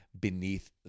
beneath